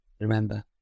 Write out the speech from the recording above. Remember